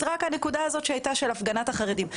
רק הנקודה הזאת שהייתה של הפגנת החרדים.